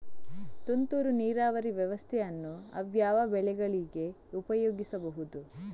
ತುಂತುರು ನೀರಾವರಿ ವ್ಯವಸ್ಥೆಯನ್ನು ಯಾವ್ಯಾವ ಬೆಳೆಗಳಿಗೆ ಉಪಯೋಗಿಸಬಹುದು?